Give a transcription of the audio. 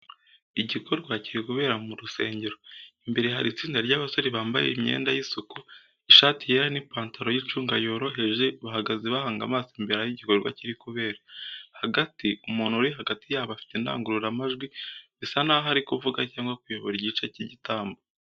Igikorwa kiri kubera mu rusengero. Imbere hari itsinda ry’abasore bambaye imyenda y’isuku, ishati yera n’ipantalo y’icunga yoroheje bahagaze bahanga amaso imbere aho igikorwa kiri kubera. Hagati, umuntu uri hagati yabo afite indangururamajwi bisa naho ari kuvuga cyangwa kuyobora igice cy’igitambo.